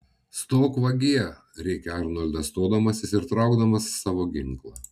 stok vagie rėkė arnoldas stodamasis ir traukdamas savo ginklą